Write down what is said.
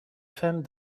femme